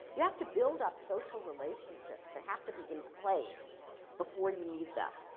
you have to build up social relationships that have to be in place before you need them.